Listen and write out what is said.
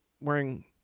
wearing